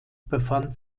befand